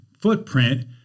footprint